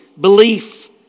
belief